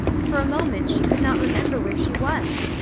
for a moment she could not remember where she was.